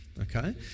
Okay